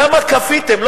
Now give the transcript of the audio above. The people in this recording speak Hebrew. למה כפיתם?